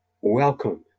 welcome